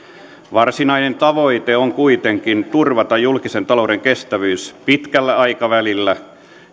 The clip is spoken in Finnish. varsinainen tavoite on kuitenkin turvata julkisen talouden kestävyys pitkällä aikavälillä